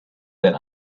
that